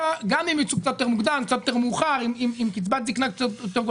גם אם יצאו קצת יותר מוקדם או קצת יותר מאוחר